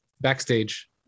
backstage